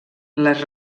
les